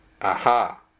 Aha